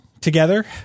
together